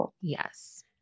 yes